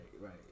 right